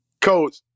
coach